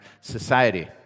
society